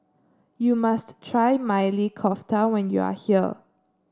you must try Maili Kofta when you are here